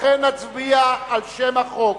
לכן, נצביע על שם החוק.